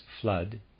flood